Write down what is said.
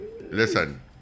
Listen